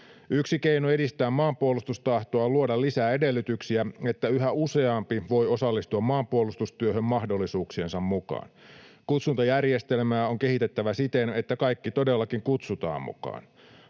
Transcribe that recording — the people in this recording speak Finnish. Yksi keino edistää maanpuolustustahtoa on luoda lisää edellytyksiä, että yhä useampi voi osallistua maanpuolustustyöhön mahdollisuuksiensa mukaan. Kutsuntajärjestelmää on kehitettävä siten, että kaikki todellakin kutsutaan mukaan.